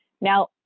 Now